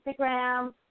Instagram